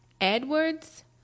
Edwards